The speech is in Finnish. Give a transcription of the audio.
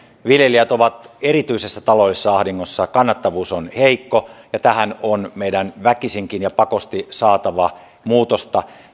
viljelijät ovat erityisessä taloudellisessa ahdingossa kannattavuus on heikko ja tähän on meidän väkisinkin ja pakosti saatava muutosta